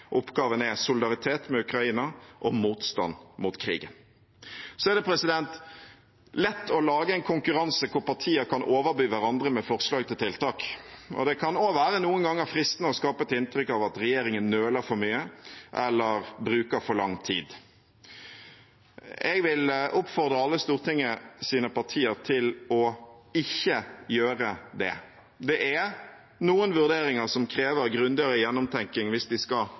Oppgaven er solidaritet med Ukraina og motstand mot krigen. Så er det lett å lage en konkurranse hvor partier kan overby hverandre med forslag til tiltak. Det kan noen ganger også være fristende å skape et inntrykk av at regjeringen nøler for mye eller bruker for lang tid. Jeg vil oppfordre alle Stortingets partier til ikke å gjøre det. Det er noen vurderinger som krever grundigere gjennomtenkning hvis de skal